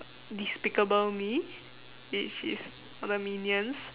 despicable me which is all the minions